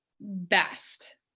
best